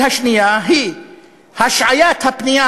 הרגל השנייה היא השעיית הפנייה